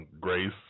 grace